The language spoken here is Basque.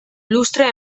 lustrea